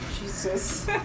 Jesus